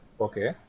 okay